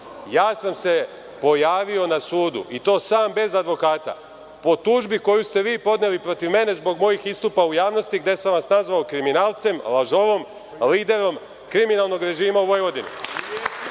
ja sam se pojavio na sudu i to sam, bez advokata, po tužbi koju ste vi podneli protiv mene zbog mojih istupa u javnosti, gde sam vas nazvao kriminalcem, lažovom, liderom kriminalnog režima u Vojvodini.